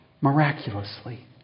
miraculously